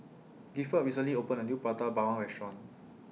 Gifford recently opened A New Prata Bawang Restaurant